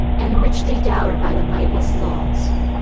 and richly dowered by the mightiest laws.